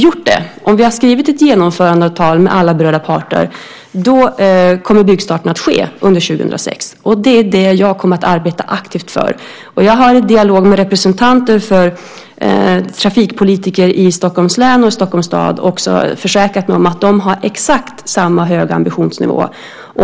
Om vi har skrivit ett genomförandeavtal med alla berörda parter kommer byggstarten att ske under 2006. Det är det jag kommer att arbeta aktivt för. Jag har i dialog med representanter för trafikpolitiken i Stockholms län och i Stockholms stad försäkrat mig om att de har exakt samma höga ambitionsnivå.